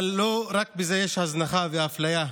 אבל לא רק בזה יש הזנחה ואפליה.